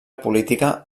política